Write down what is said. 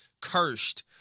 cursed